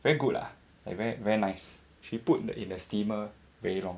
very good lah like very very nice she put that in the steamer very long